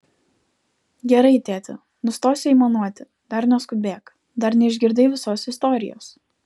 gerai tėti nustosiu aimanuoti dar neskubėk dar neišgirdai visos istorijos